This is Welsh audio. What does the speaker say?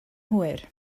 hwyr